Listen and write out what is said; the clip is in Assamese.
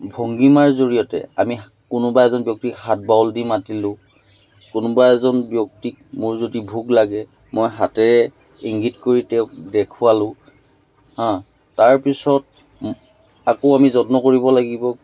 ভংগীমাৰ জৰিয়তে আমি কোনোবা এজন ব্যক্তিক হাতবাউল দি মাতিলোঁ কোনোবা এজন ব্যক্তিক মোৰ যদি ভোক লাগে মই হাতেৰে ইংগিত কৰি তেওঁক দেখুৱালোঁ হা তাৰপিছত আকৌ আমি যত্ন কৰিব লাগিব